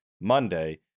Monday